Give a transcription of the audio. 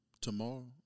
tomorrow